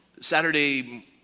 Saturday